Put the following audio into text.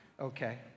Okay